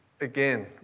again